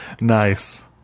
Nice